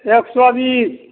एक सओ बीस